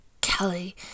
Kelly